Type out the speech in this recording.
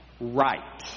right